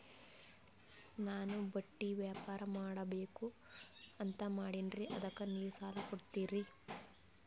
ನಾನು ಬಟ್ಟಿ ವ್ಯಾಪಾರ್ ಮಾಡಬಕು ಅಂತ ಮಾಡಿನ್ರಿ ಅದಕ್ಕ ನೀವು ಸಾಲ ಕೊಡ್ತೀರಿ?